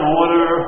order